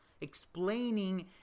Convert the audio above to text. explaining